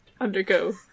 undergo